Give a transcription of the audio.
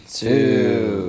two